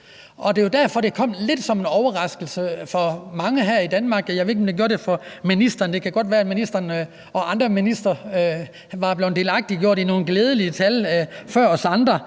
Det er jo derfor, at det kom lidt som en overraskelse for mange her i Danmark – jeg ved ikke, om det gør det for ministeren; det kan godt være, at ministeren og andre ministre var blevet delagtiggjort i nogle glædelige tal før os andre